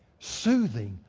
soothing,